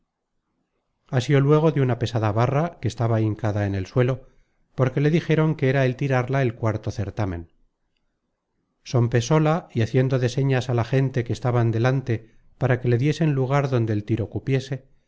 tierra asió luego de una pesada barra que estaba hincada en el suelo porque le dijeron que era el tirarla el cuarto certámen sompesóla y haciendo de señas á la gente que estaba delante para que le diesen lugar donde el tiro cupiese